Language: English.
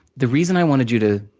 the reason i wanted you to